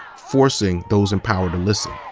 forcing those in power to listen,